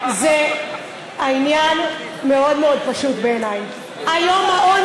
אנחנו בעד נסיעה באופניים.